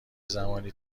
زمانی